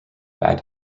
bad